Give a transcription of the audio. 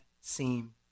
seem